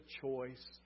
choice